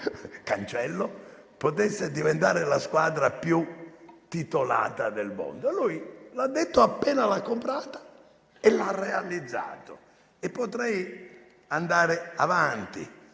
fallimento, potesse diventare la squadra più titolata del mondo? Lui l'ha detto appena l'ha comprata e l'ha realizzato. Potrei andare avanti